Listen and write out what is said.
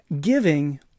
giving